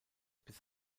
bis